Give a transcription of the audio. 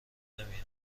نمیان